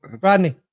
Rodney